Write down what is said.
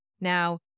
Now